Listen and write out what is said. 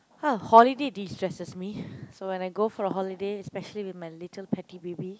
ah holiday destresses me so when I go for a holiday especially with my little petty baby